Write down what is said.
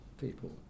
people